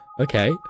Okay